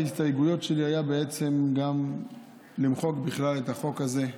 אחת ההסתייגויות שלי הייתה למחוק בכלל את החוק הזה.